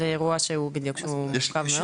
-- זה אירוע שהוא מורכב מאוד.